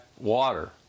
water